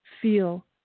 feel